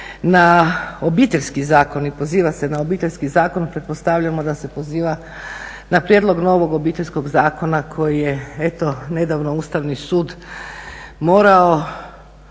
na Obiteljski zakon i poziva se na Obiteljski zakon. Pretpostavljamo da se poziva na prijedlog novog Obiteljskog zakona koji je eto nedavno Ustavni sud morao